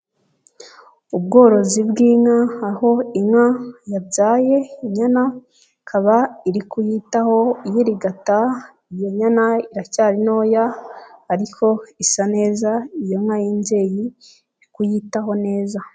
Ubworozi bw'inka aho inka yabyaye inyana ikaba iri kuyitaho iyirigata iyi nyana iracyari ntoya ariko isa neza iyo nka y'imbyeyi iri kuyitaho neza.